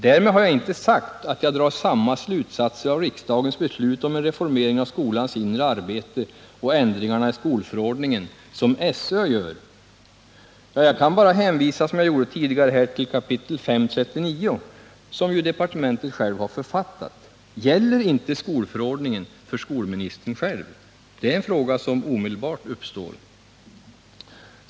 Därmed har jag inte sagt att jag drar samma slutsatser av riksdagens beslut om en reformering av skolans inre arbete och ändringarna i skolförordningen som SÖ gör.” Beträffande denna passus kan jag bara, som jag gjort tidigare, hänvisa till 5 kap. 39 §, som departementet självt har författat. Gäller inte skolförordningen för skolministern? Det är en fråga som omedelbart uppstår.